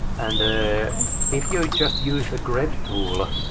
and ah if you just used the grep tool,